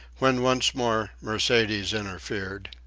when once more mercedes interfered.